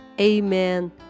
Amen